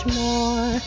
more